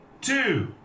two